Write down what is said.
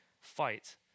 fight